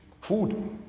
food